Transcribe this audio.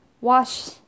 wash